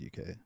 UK